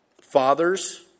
Fathers